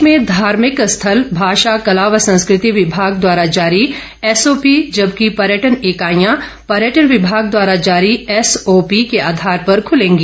प्रदेश में धार्मिक स्थल भाषा कला व संस्कृति विभाग द्वारा जारी एसओपी जबकि पयर्टन इकाईयां पयर्टन विभाग द्वारा जारी एसओपी के आधार पर खुलेंगी